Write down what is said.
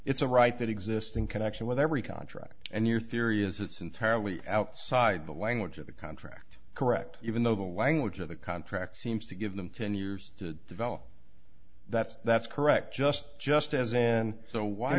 it's a right that exists in connection with every contract and your theory is it's entirely outside the language of the contract correct even though the language of the contract seems to give them ten years to develop that's that's correct just just as in so why